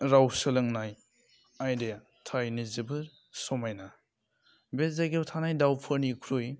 राव सोलोंनाय आयदाया थारैनो जोबोर समायना बे जायगायाव थानाय दाउफोरनिख्रुइ